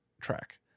track